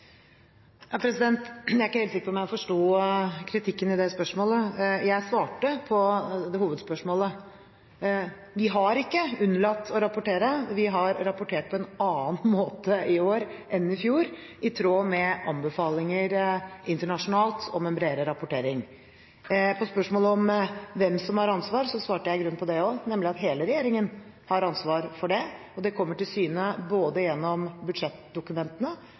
Jeg er ikke helt sikker på om jeg forsto kritikken i det spørsmålet. Jeg svarte på hovedspørsmålet: Vi har ikke unnlatt å rapportere, vi har rapportert på en annen måte i år enn i fjor, i tråd med anbefalinger internasjonalt om en bredere rapportering. Spørsmålet om hvem som har ansvar, svarte jeg i grunnen på også, nemlig at hele regjeringen har ansvar for det, og det kommer til syne både gjennom budsjettdokumentene